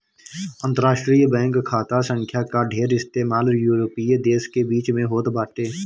अंतरराष्ट्रीय बैंक खाता संख्या कअ ढेर इस्तेमाल यूरोपीय देस के बीच में होत बाटे